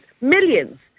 millions